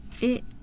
It-